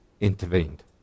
intervened